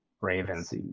Ravens